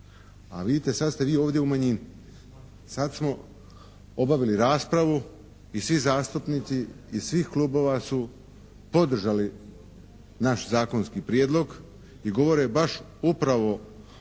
a vidite sad ste vi ovdje u manjini, sad smo obavili raspravu i svi zastupnici iz svih klubova su podržali naš zakonski prijedlog i govore baš upravo